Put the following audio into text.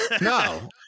no